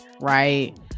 right